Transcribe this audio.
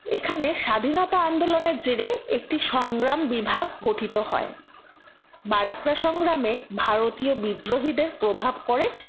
এখানে স্বাধীনতা আন্দোলনের জেরে এখানে একটি সংগ্রাম বিভাগ গঠিত হয় বারাক্রা সংগ্রামে ভারতীয় বিদ্রোহীদের প্রভাব পড়ে